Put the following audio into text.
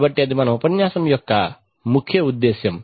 కాబట్టి అది మన ఉపన్యాసం యొక్క ముఖ్య ఉద్దేశ్యం